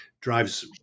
drives